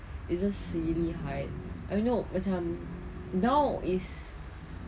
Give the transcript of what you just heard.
it's just seriously hard oh you know macam now is